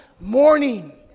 morning